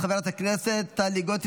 חברת הכנסת טלי גוטליב,